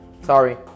Sorry